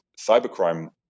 cybercrime